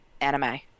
anime